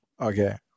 Okay